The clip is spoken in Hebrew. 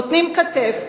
נותנים כתף,